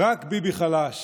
רק ביבי חלש